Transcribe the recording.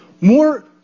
more